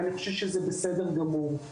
ואני חושב שזה בסדר גמור.